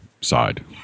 side